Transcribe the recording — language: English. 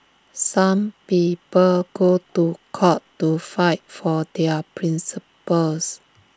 some people go to court to fight for their principles